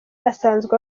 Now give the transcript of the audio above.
asanzwe